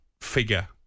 figure